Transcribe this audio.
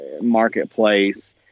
Marketplace